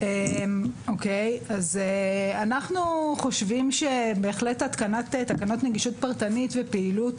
אנחנו חושבים שבהחלט התקנת תקנות נגישות פרטנית ופעילות